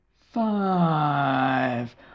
Five